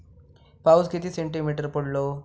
पाऊस किती सेंटीमीटर पडलो?